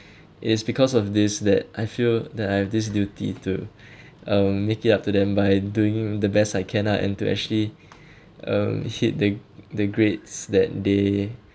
it is because of this that I feel that I have this duty to uh make it up to them by doing the best I can ah and to actually um hit the the grades that they